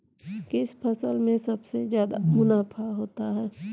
किस फसल में सबसे जादा मुनाफा होता है?